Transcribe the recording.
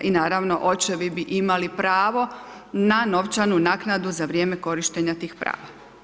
I naravno očevi bi imali pravo na novčanu naknadu za vrijeme korištenja tih prava.